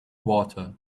water